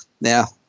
Now